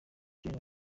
gen